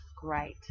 great